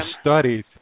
studies